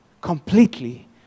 completely